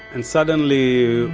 and suddenly,